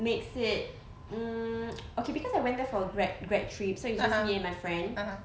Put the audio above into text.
makes it um okay cause I went there for grad~ grad~ trip so it was just me and my friend